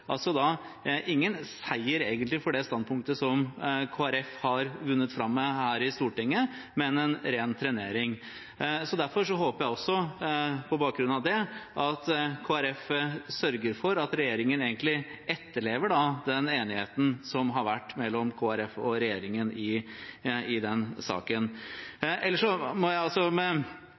da altså egentlig ingen seier for det standpunktet som Kristelig Folkeparti har vunnet fram med her i Stortinget, men en ren trenering. På bakgrunn av det håper jeg derfor også at Kristelig Folkeparti sørger for at regjeringen etterlever den enigheten som har vært mellom Kristelig Folkeparti og regjeringen i den saken.